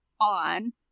on